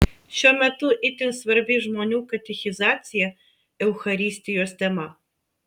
šiuo metu itin svarbi žmonių katechizacija eucharistijos tema